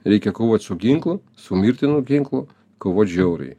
reikia kovot su ginklu su mirtinu ginklu kovot žiauriai